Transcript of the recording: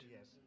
Yes